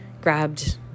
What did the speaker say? grabbed